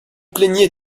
plaigniez